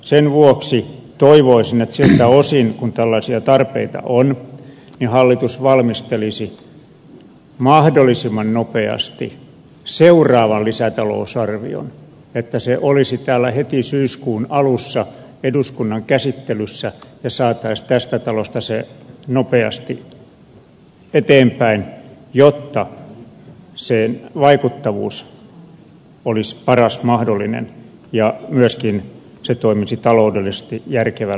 sen vuoksi toivoisin että siltä osin kuin tällaisia tarpeita on hallitus valmistelisi mahdollisimman nopeasti seuraavan lisätalousarvion että se olisi täällä heti syyskuun alussa eduskunnan käsittelyssä ja saataisiin tästä talosta se nopeasti eteenpäin jotta sen vaikuttavuus olisi paras mahdollinen ja myöskin se toimisi taloudellisesti järkevällä tavalla